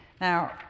Now